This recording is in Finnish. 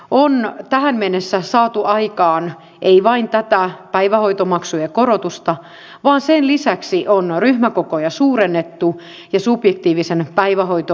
on tähän mennessä saatu aikaan ei vain tätä päivähoitomaksujen korotusta vaan sen lisäksi on ryhmäkokoja suurennettu ja subjektiivisen päivähoito